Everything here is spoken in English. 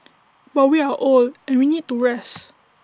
but we are old and we need to rest